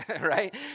right